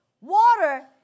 Water